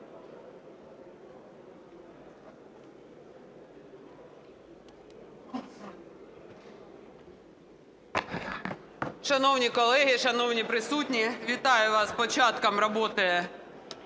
Шановні колеги, шановні присутні, вітаю вас з початком роботи